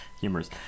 humorous